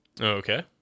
Okay